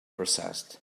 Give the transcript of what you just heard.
processed